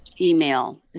email